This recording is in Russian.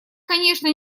конечно